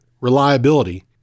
reliability